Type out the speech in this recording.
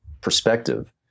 perspective